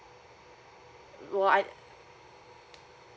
wo~ I